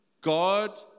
God